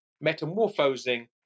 metamorphosing